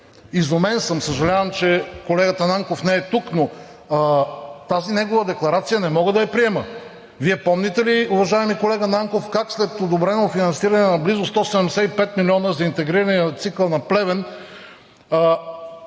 Изумен съм, съжалявам, че колегата Нанков не е тук, но тази негова декларация не мога да я приема. Вие помните ли, уважаеми колега Нанков, как след подобрено финансиране на близо 175 милиона за интегрирания цикъл на Плевен,